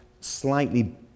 slightly